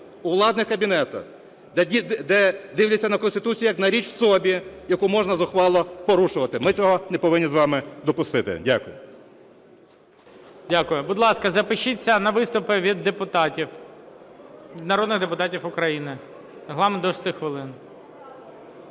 у владних кабінетах, де дивляться на Конституцію, як на річ в собі, яку можна зухвало порушувати. Ми цього не повинні з вами допустити. Дякую. ГОЛОВУЮЧИЙ. Дякую. Будь ласка, запишіться на виступи від депутатів, народних депутатів України. Регламент – до 6 хвилин.